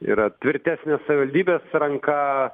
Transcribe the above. yra tvirtesnė savivaldybės ranka